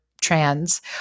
trans